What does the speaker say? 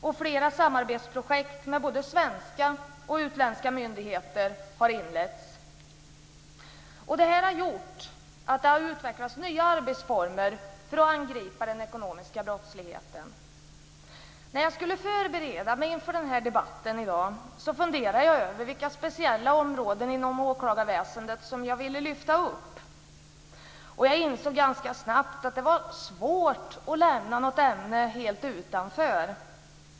Och flera samarbetsprojekt med både svenska och utländska myndigheter har inletts. Det här har gjort att det har utvecklats nya arbetsformer för att angripa den ekonomiska brottsligheten. När jag skulle förbereda mig för den här debatten i dag funderade jag över vilka speciella områden inom åklagarväsendet som jag ville lyfta fram. Jag insåg ganska snabbt att det var svårt att lämna något ämne helt utanför.